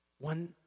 One